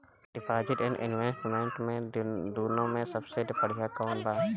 Deposit and investment इन दुनो मे से सबसे बड़िया कौन बा?